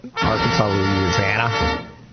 Arkansas